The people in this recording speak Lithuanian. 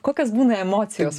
kokios būna emocijos